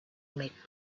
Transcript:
make